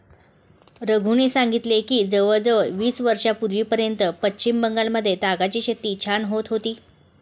रघूने सांगितले की जवळजवळ वीस वर्षांपूर्वीपर्यंत पश्चिम बंगालमध्ये तागाची शेती छान होत होती